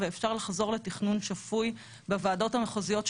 ואפשר לחזור לתכנון שפוי בוועדות המחוזיות,